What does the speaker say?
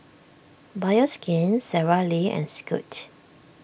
Bioskin Sara Lee and Scoot